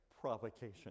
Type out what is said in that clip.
Provocation